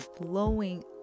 blowing